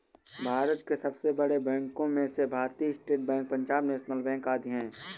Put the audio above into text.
भारत के सबसे बड़े बैंको में से Bharatiya state bank, Punjab national bank आदि है